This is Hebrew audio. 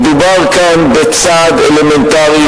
מדובר כאן בצעד אלמנטרי,